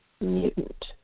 mutant